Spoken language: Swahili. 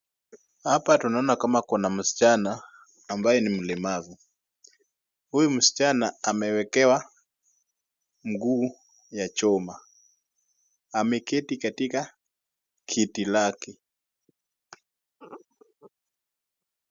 Hapa tunaona kama kuna msichana ambaye ni mlemavu. Huyu msichana amewekewa mguu ya chuma ameketi katika kiti lake.